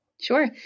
Sure